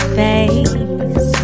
face